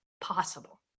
possible